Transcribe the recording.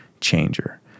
changer